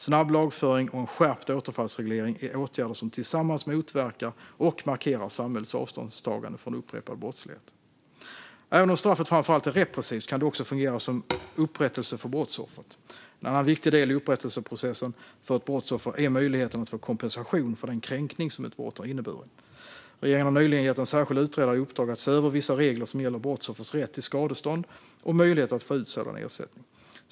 Snabb lagföring och en skärpt återfallsreglering är åtgärder som tillsammans markerar samhällets avståndstagande från upprepad brottslighet och motverkar den. Även om straffet framför allt är repressivt kan det också fungera som upprättelse för brottsoffret. En annan viktig del i upprättelseprocessen för ett brottsoffer är möjligheten att få kompensation för den kränkning som ett brott har inneburit. Regeringen har nyligen gett en särskild utredare i uppdrag att se över vissa regler som gäller brottsoffers rätt till skadestånd och möjlighet att få ut sådan ersättning.